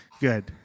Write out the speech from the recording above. Good